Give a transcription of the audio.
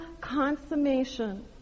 consummation